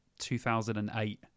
2008